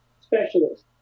specialist